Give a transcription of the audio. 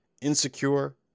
insecure